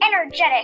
energetic